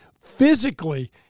physically